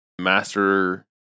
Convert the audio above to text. Master